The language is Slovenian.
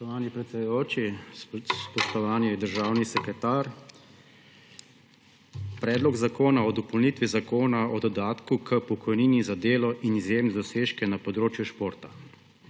Spoštovani predsedujoči! Spoštovani državni sekretar! Predlog zakona o dopolnitvi Zakona o dodatku k pokojnini za delo in izjemne dosežke na področju športa.